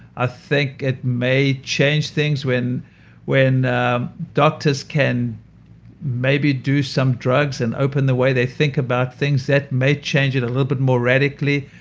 ah think it may change things when when doctors can maybe do some drugs and open the way they think about things. that may change it a little bit more radically,